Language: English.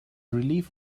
relief